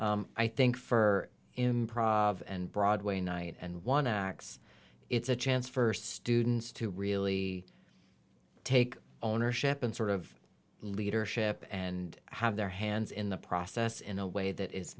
production i think fur improv and broadway night and one x it's a chance for students to really take ownership and sort of leadership and have their hands in the process in a way that is